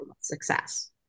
success